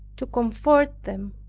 to comfort them,